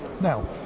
Now